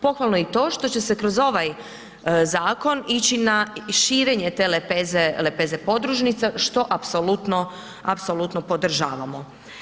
Pohvalno je i to što će se kroz ovaj zakon ići na širenje te lepeze podružnica, što apsolutno podržavamo.